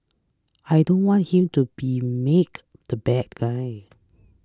I don't want him to be made the bad guy